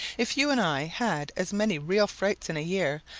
if you and i had as many real frights in a year,